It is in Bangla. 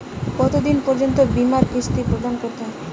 কতো দিন পর্যন্ত বিমার কিস্তি প্রদান করতে হবে?